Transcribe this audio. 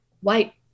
White